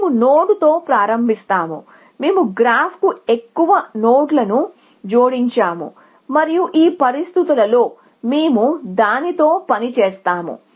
మేము నోడ్తో ప్రారంభిస్తాము మేము గ్రాఫ్కు ఎక్కువ నోడ్లను జోడించాము మరియు ఈ పరిస్థితులలో మేము దానితో పని చేస్తాము